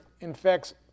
infects